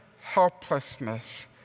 helplessness